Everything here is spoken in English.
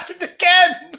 Again